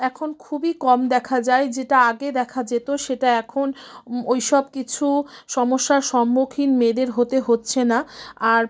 এখন খুবই কম দেখা যায় যেটা আগে দেখা যেতো সেটা এখন ওই সব কিছু সমস্যার সম্মুখীন মেয়েদের হতে হচ্ছে না আর